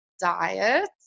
diet